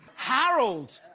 harold.